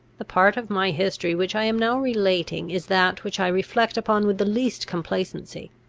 the part of my history which i am now relating is that which i reflect upon with the least complacency.